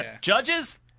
Judges